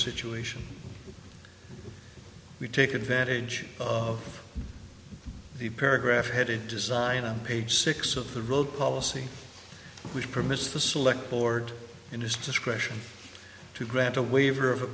situation we take advantage of the paragraph headed design on page six of the road policy which permits the select board in his discretion to grant a waiver of a